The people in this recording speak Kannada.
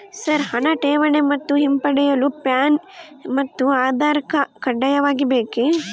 ಸರ್ ಹಣ ಠೇವಣಿ ಮತ್ತು ಹಿಂಪಡೆಯಲು ಪ್ಯಾನ್ ಮತ್ತು ಆಧಾರ್ ಕಡ್ಡಾಯವಾಗಿ ಬೇಕೆ?